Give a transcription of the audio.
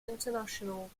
international